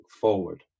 forward